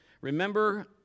Remember